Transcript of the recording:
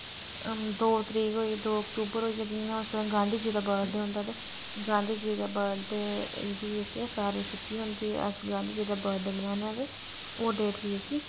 दो तरीक होई दो अक्तूबर होइया जि'यां उस दिन गांधी हुंदा बर्थडे होंदा ते गांधी हुंदे बर्थडे उप्पर जेह्का तां सारै छुट्टी होंदी ते अस गांधी जी हुंदा बर्थडे मनान्ने आं ते ओह् छुट्टी बी असेंगी